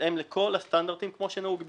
בהתאם לכל הסטנדרטים, כמו שנהוג באירופה.